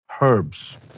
herbs